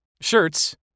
shirts